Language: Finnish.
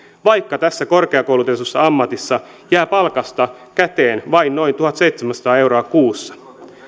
vaikka tässä korkeakoulutetussa ammatissa jää palkasta käteen vain noin tuhatseitsemänsataa euroa kuussa